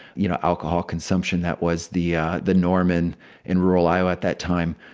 you know, alcohol consumption. that was the ah the norm. and in rural iowa at that time,